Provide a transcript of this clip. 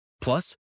Plus